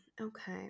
Okay